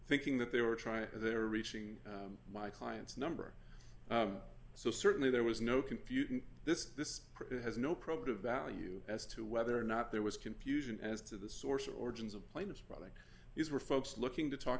thinking that they were trying their reaching my clients number so certainly there was no confusion this this has no probative value as to whether or not there was confusion as to the source origins of plaintiffs product these were folks looking to talk